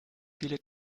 viele